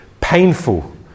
painful